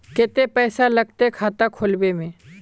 केते पैसा लगते खाता खुलबे में?